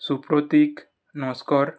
Supratik Naskar